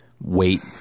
wait